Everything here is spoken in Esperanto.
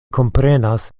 komprenas